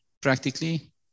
practically